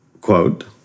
Quote